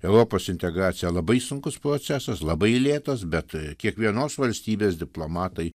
europos integracija labai sunkus procesas labai lėtas bet kiekvienos valstybės diplomatai